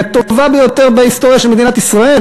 הטובה ביותר בהיסטוריה של מדינת ישראל,